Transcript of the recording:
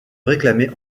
réclamés